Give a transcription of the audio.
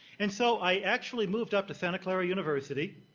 and so i actually moved up to sta. and clara university,